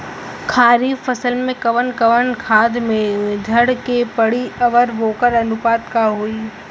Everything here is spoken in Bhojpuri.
खरीफ फसल में कवन कवन खाद्य मेझर के पड़ी अउर वोकर अनुपात का होई?